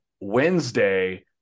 Wednesday